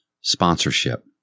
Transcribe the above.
Sponsorship